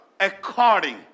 According